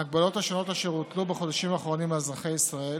ההגבלות השונות אשר הוטלו בחודשים האחרונים על אזרחי ישראל